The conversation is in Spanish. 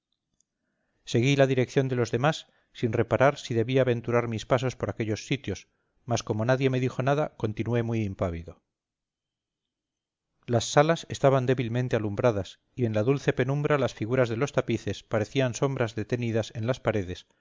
seguí la dirección de los demás sin reparar si debía aventurar mis pasos por aquellos sitios mas como nadie me dijo nada continué muy impávido las salas estaban débilmente alumbradas y en la dulce penumbra las figuras de los tapices parecían sombras detenidas en las paredes